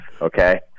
okay